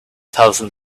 thousand